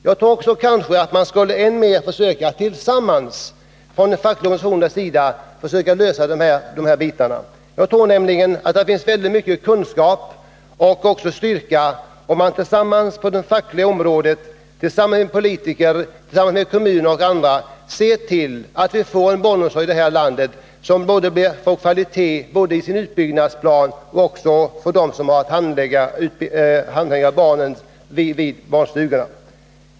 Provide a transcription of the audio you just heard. Jag tycker att man tillsammans med de fackliga organisationerna borde försöka lösa den här frågan. Det vore en styrka om representanter för facket tillsammans med representanter för kommuner, politiker och andra samarbetar för att få en god barnomsorg här i landet.